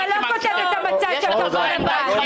טיבי, אתה לא כותב את המצע של כחול לבן.